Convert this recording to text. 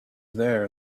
there